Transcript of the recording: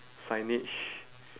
signage